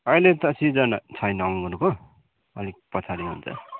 अहिले त सिजन छैन अङ्गुरको अलिक पछाडि हुन्छ